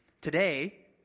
Today